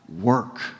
work